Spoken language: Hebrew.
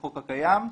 בחוק הקיים.